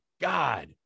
God